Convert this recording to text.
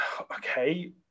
okay